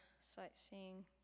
sightseeing